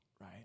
Right